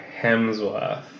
Hemsworth